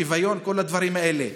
שוויון וכל הדברים האלה.